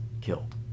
killed